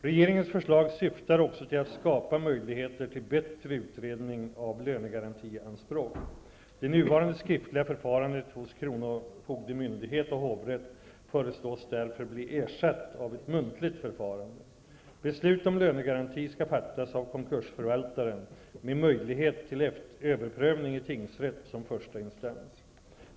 Regeringens förslag syftar också till att skapa möjligheter till bättre utredning av lönegarantianspråk. Det nuvarande skriftliga förfarandet hos kronofogdemyndighet och hovrätt föreslås därför bli ersatt av ett muntligt förfarande. Beslut om lönegaranti skall fattas av konkursförvaltaren, med möjlighet till överprövning i tingsrätt som första instans.